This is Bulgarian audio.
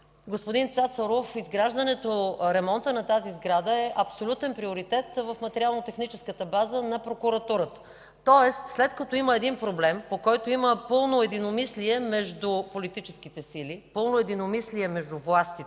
господин Цацаров ремонтът на тази сграда е абсолютен приоритет в материално-техническата база на прокуратурата. След като има проблем, по който има пълно единомислие между политическите сили и между властите,